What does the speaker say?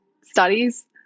studies